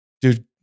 dude